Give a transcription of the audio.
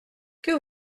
que